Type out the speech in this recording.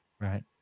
right